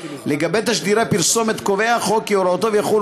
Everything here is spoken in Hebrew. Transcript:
לגבי תשדירי פרסומת קובע החוק כי הוראותיו יחולו